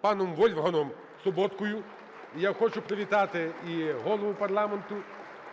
паном Вольфгангом Соботкою. (Оплески) І я хочу привітати і Голову парламенту,